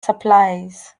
supplies